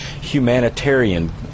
humanitarian